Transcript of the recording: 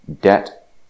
Debt